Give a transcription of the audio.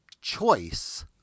choice